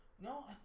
no